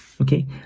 okay